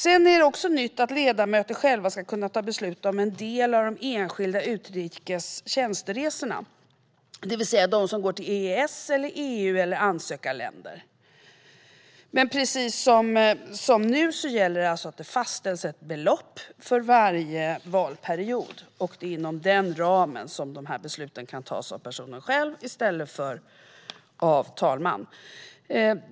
Det är också nytt att ledamöter själva ska kunna fatta beslut om en del enskilda utrikes tjänsteresor, det vill säga de som går till EES, EU eller ansökarländer. Men precis som nu gäller att det fastställs ett belopp för de här resorna för varje valperiod. Det är inom den ramen som de här besluten kan fattas av personen själv i stället för av talmannen.